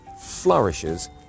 flourishes